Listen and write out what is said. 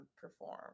perform